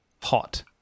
hot